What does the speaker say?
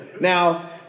Now